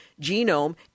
Genome